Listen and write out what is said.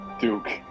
Duke